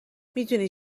میدونی